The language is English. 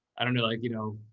i don't know, like, you know,